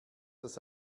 das